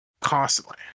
constantly